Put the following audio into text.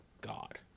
God